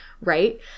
right